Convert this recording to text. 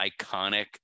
iconic